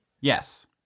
Yes